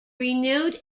renewed